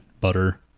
butter